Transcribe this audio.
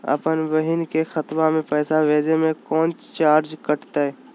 अपन बहिन के खतवा में पैसा भेजे में कौनो चार्जो कटतई?